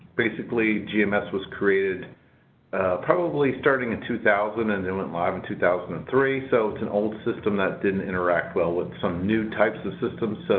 basically, gms was created probably starting in two thousand, and it went live in two thousand and three. so, it's an old system that didn't interact well with some new types of systems, so